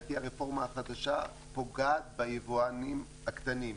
לדעתי הרפורמה החדשה פוגעת ביבואנים הקטנים,